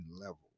level